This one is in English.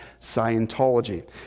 Scientology